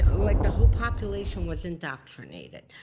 like the whole population was indoctrinated.